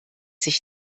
sich